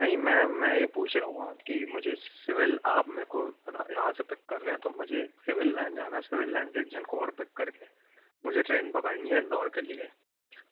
नहीं मैं मैं ये पूछ रहा हूँ कि मुझे सिविल आप मेरे को यहाँ से पिक कर लें तो मुझे सिविल लाइन जाना है सिविल लाइन से एक जन को और पिक करके मुझे ट्रेन पकड़नी है इंदौर के लिए